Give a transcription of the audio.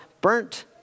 burnt